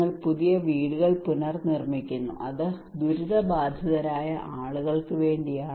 നിങ്ങൾ പുതിയ വീടുകൾ പുനർനിർമ്മിക്കുന്നു അത് ദുരന്തബാധിതരായ ആളുകൾക്ക് വേണ്ടിയാണ്